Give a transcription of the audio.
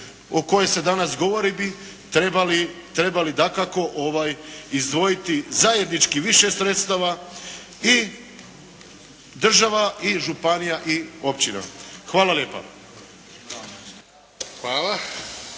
o kojoj se danas govori bi trebali dakako izdvojiti zajednički više sredstava i država i županija i općina. Hvala lijepa.